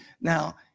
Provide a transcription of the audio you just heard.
now